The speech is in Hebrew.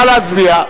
נא להצביע.